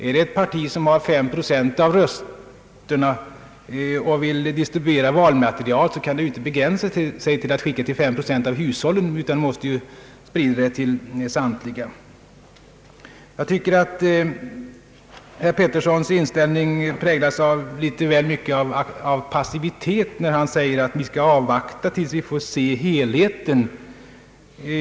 Om ett parti, som har fem procent av rösterna, vill distribuera valmaterial, kan det inte begränsa sig till att sända detta till fem procent av hushållen, utan materialet måste spridas till alla. Herr Petterssons inställning präglas, tycker jag, litet väl mycket av passivitet. Han sade att vi bör avvakta tills vi får se helheten.